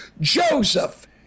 Joseph